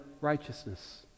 righteousness